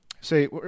Say